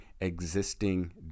existing